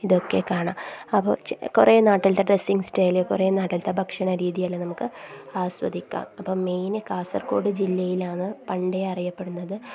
ഇതൊക്കെ കാണാം അപ്പോള് ചെ കുറേ നാട്ടിലത്തെ ഡ്രസ്സിങ് സ്റ്റൈല് കുറേ നാട്ടിലത്തെ ഭക്ഷണ രീതി എല്ലാം നമുക്ക് ആസ്വദിക്കാം അപ്പോള് മെയിന് കാസർഗോഡ് ജില്ലയിലാണ് പണ്ടേ അറിയപ്പെടുന്നത്